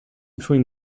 between